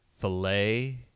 Filet